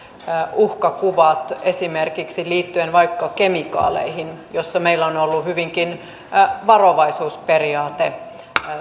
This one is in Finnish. uhkakuvat esimerkiksi liittyen vaikka kemikaaleihin joissa meillä on on ollut hyvinkin varovaisuusperiaatesuhtautuminen